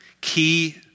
key